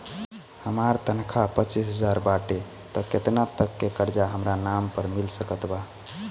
हमार तनख़ाह पच्चिस हज़ार बाटे त केतना तक के कर्जा हमरा नाम पर मिल सकत बा?